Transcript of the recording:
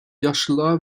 yaşlılar